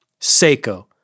Seiko